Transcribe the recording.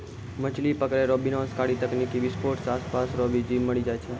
मछली पकड़ै रो विनाशकारी तकनीकी विसफोट से आसपास रो भी जीब मरी जाय छै